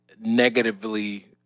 negatively